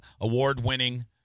award-winning